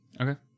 Okay